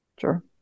Sure